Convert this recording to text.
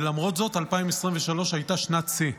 ולמרות זאת 2023 הייתה שנת שיא.